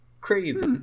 crazy